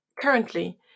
currently